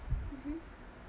mmhmm